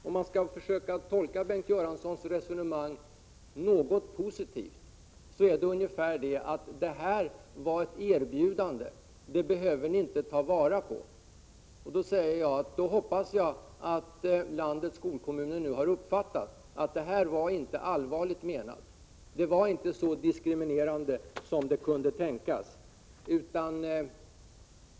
Om man skall försöka tolka in något positivt i Bengt Göranssons resonemang, blir det ungefär detta: erbjudandet behöver ni inte ta på allvar. Jag hoppas att landets skolkommuner nu har uppfattat att detta inte var allvarligt menat. Det var inte så diskriminerande som det kunde låta.